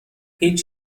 هیچ